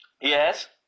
Yes